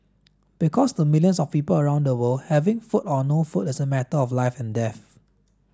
because to millions of people around the world having food or no food is a matter of life and death